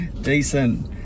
Decent